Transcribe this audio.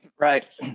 Right